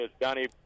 Donnie